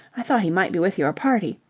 i thought he might be with your party.